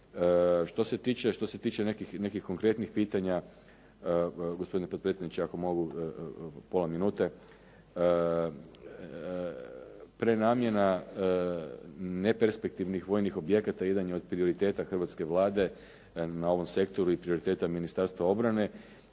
Što se tiče nekih konkretnih pitanja, gospodine potpredsjedniče ako mogu pola minute. Prenamjena neperspektivnih vojnih objekata jedan je od prioriteta hrvatske Vlade na ovom sektoru i prioriteta Ministarstva obrane